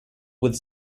with